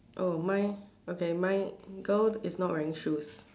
oh mine okay mine girl is not wearing shoes